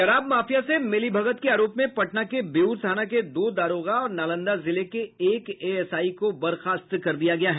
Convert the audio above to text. शराब माफिया से मिलीभगत के आरोप में पटना के बेउर थाना के दो दारोगा और नालंदा जिले के एक एएसआई को बर्खास्त कर दिया गया है